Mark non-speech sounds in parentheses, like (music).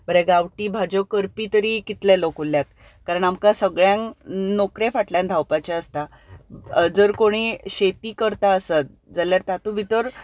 (unintelligible) गांवठी भाजी करपी तरी कितले लोक उरल्यात कारण आमकां सगळ्यांक नोकरे फाटल्यान धांवपाचें आसता जर कोणी शेती करता आसत जाल्यार तातूं भितर